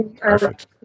Perfect